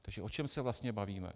Takže o čem se vlastně bavíme?